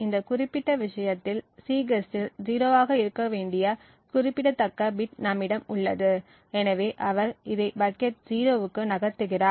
இந்த குறிப்பிட்ட விஷயத்தில் Cguess இல் 0 ஆக இருக்க வேண்டிய குறிப்பிடத்தக்க பிட் நம்மிடம் உள்ளது எனவே அவர் இதை பக்கெட் 0 க்கு நகர்த்துகிறார்